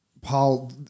Paul